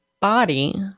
body